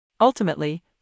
Ultimately